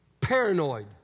paranoid